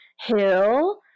hill